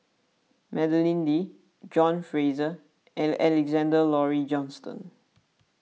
Madeleine Lee John Fraser and Alexander Laurie Johnston